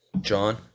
John